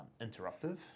interruptive